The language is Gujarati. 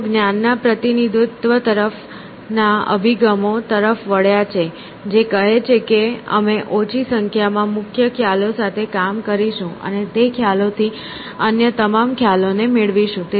તેઓ જ્ઞાન ના પ્રતિનિધિત્વ તરફના અભિગમો તરફ વળ્યા છે જે કહે છે કે અમે ઓછી સંખ્યામાં મુખ્ય ખ્યાલો સાથે કામ કરીશું અને તે ખ્યાલોથી અન્ય તમામ ખ્યાલોને મેળવીશું